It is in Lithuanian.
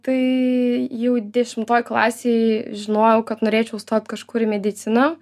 tai jau dešimtoj klasėj žinojau kad norėčiau stot kažkur į mediciną